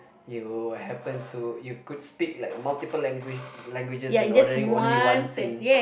you will happen to you could speak like multiple language languages when ordering only one thing